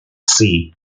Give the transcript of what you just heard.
sea